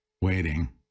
waiting